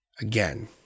Again